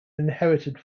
inherited